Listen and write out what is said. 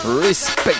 Respect